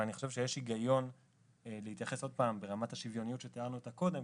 אבל אני חושב שבהיבט השוויוניות שתיארנו קודם,